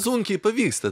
sunkiai pavyksta